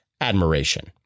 admiration